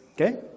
Okay